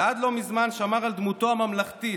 שעד לא מזמן שמר על דמותו הממלכתית,